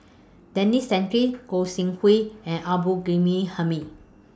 Denis Santry Goi Seng Hui and Abdul Ghani Hamid